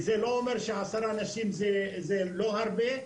זה לא אומר שעשרה אנשים זה לא הרבה,